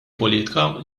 politika